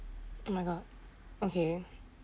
oh my god okay